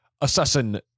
assassin